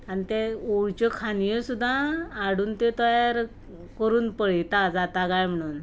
आनी ते ओंवळीच्यो कांद्यो सुद्दां हाडून ते तयार करून पळयता जाता काय म्हणोन